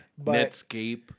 Netscape